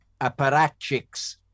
apparatchiks